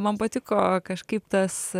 man patiko kažkaip tas